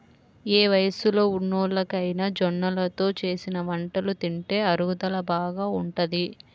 ఏ వయస్సులో ఉన్నోల్లకైనా జొన్నలతో చేసిన వంటలు తింటే అరుగుదల బాగా ఉంటది